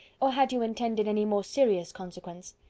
or had you intended any more serious consequence?